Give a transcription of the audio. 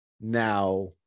now